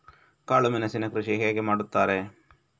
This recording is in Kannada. ಕಾಳು ಮೆಣಸಿನ ಕೃಷಿ ಹೇಗೆ ಮಾಡುತ್ತಾರೆ?